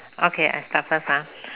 okay I start first